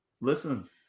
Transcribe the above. Listen